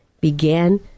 began